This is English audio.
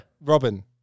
Robin